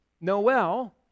Noel